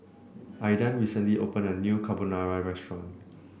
Aidan recently opened a new Carbonara Restaurant